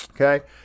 okay